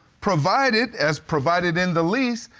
provided, as provided in the lease,